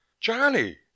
Johnny